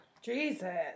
Jesus